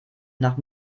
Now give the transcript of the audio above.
nach